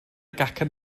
gacen